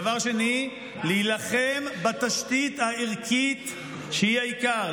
הדבר השני, להילחם בתשתית הערכית, שהיא העיקר.